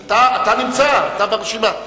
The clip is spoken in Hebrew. אתה נמצא, אתה ברשימה.